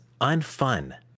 unfun